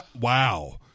wow